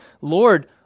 Lord